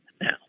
now